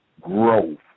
growth